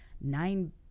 nine